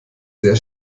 sehr